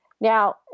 Now